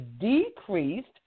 decreased